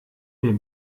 mir